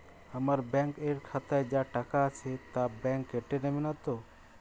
আমার ব্যাঙ্ক এর খাতায় যা টাকা আছে তা বাংক কেটে নেবে নাতো?